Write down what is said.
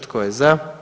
Tko je za?